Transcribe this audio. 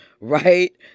right